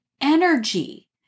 energy